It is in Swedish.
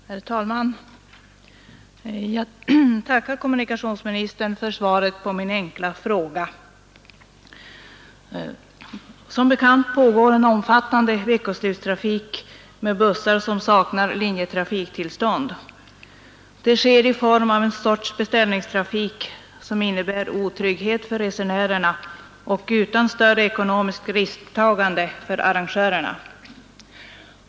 Herr talman! Jag tackar kommunikationsministern för svaret på min enkla fråga. Som bekant pågår en omfattande veckoslutstrafik med bussar som saknar linjetrafiktillstånd. Det sker i form av en sorts beställningstrafik, som innebär otrygghet för resenärerna och som inte medför något större ekonomiskt risktagande för arrangörerna.